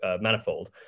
manifold